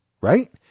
right